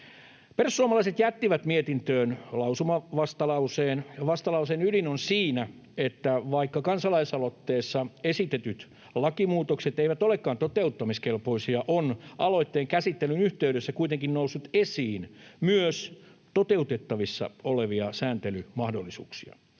Perussuomalaiset jättivät mietintöön lausumavastalauseen, ja vastalauseen ydin on siinä, että vaikka kansalaisaloitteessa esitetyt lakimuutokset eivät olekaan toteuttamiskelpoisia, on aloitteen käsittelyn yhteydessä kuitenkin noussut esiin myös toteutettavissa olevia sääntelymahdollisuuksia,